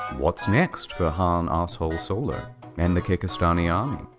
what's next for hanassholesolo and the kekistani army?